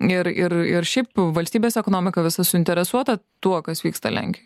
ir ir ir šiaip valstybės ekonomika visa suinteresuota tuo kas vyksta lenkijoj